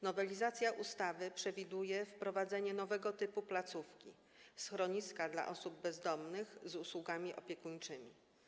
Nowelizacja ustawy przewiduje wprowadzenie nowego typu placówki - schroniska dla osób bezdomnych z usługami opiekuńczymi.